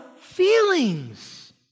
feelings